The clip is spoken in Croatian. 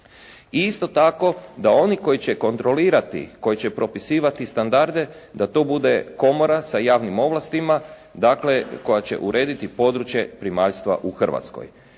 isto tako da oni koji će kontrolirati, koji će propisivati standarde da to bude komora sa javnim ovlastima. Dakle, koja će urediti područje primaljstva u Hrvatskoj.